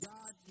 God